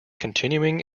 continuing